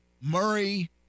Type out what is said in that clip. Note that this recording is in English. murray